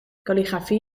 kalligrafie